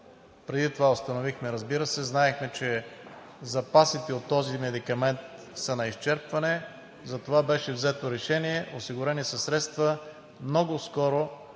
преди това ние установихме, разбира се, знаехме, че запасите от този медикамент са на изчерпване и затова беше взето решение, осигурени са средства – много скоро